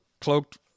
Cloaked